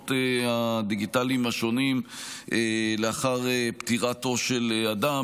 הדיגיטליים השונים לאחר פטירתו של אדם,